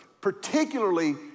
particularly